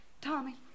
Tommy